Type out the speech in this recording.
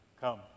Come